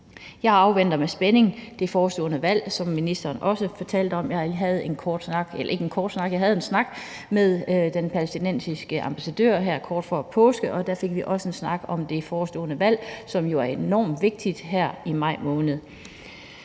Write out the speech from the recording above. Jeg afventer med spænding det forestående valg, som ministeren også fortalte om. Jeg havde en snak med den palæstinensiske ambassadør her kort før påske, og der fik vi også en snak om det forestående valg, som jo er enormt vigtigt, her i maj måned.